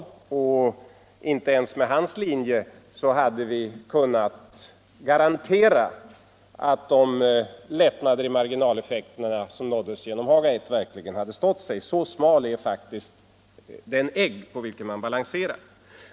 Inte heller hade vi ens med hans linje kunnat garantera att de lättnader i marginaleffekterna som uppnåddes genom Haga I verkligen hade stått sig. Så smal är faktiskt den egg på vilken man balanserar.